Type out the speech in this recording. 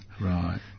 Right